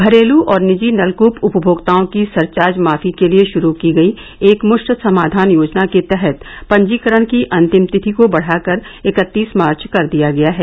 घरेलू और निजी नलकूप उपभोक्ताओं की सरचार्ज माफी के लिए शुरू की गई एकमुश्त समाधान योजना के तहत पंजीकरण की अंतिम तिथि को बढ़ाकर इकत्तीस मार्च कर दिया गया है